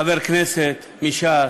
חבר כנסת מש"ס,